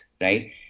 right